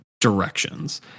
directions